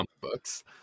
books